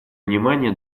внимание